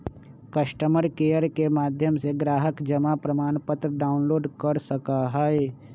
customer care के माध्यम से ग्राहक जमा प्रमाणपत्र डाउनलोड कर सका हई